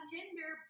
Tinder